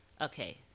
okay